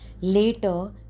Later